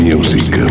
Music